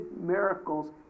miracles